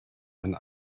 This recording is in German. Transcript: man